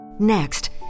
Next